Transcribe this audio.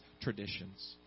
traditions